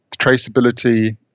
Traceability